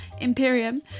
Imperium